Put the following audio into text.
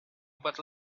about